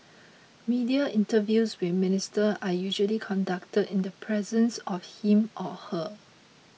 media interviews with Minister are usually conducted in the presence of him or her